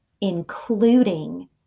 including